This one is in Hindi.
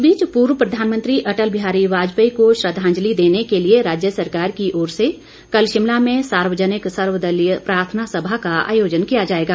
इस बीच पूर्व प्रधानमंत्री अटल बिहारी वाजपेयी को श्रद्धांजलि देने के लिए राज्य सरकार की ओर से कल शिमला में सार्वजनिक सर्वदलीय प्रार्थना सभा का आयोजन किया जाएगा